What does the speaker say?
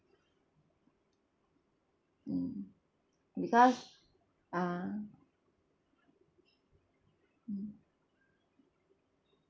mm because uh mm